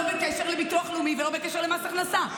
לא בקשר לביטוח לאומי ולא בקשר למס הכנסה.